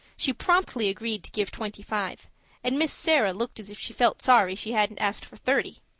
she promptly agreed to give twenty-five and miss sarah looked as if she felt sorry she hadn't asked for thirty.